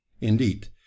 Indeed